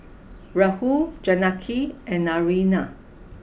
Rahul Janaki and Naraina